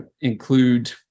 include